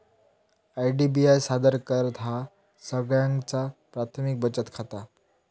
IDBI सादर करतहा सगळ्यांचा प्राथमिक बचत खाता